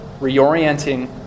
reorienting